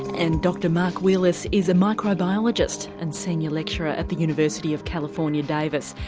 and dr mark wheelis is a microbiologist and senior lecturer at the university of california, davis,